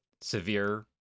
severe